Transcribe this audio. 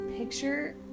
Picture